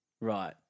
Right